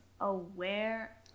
aware